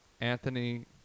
Anthony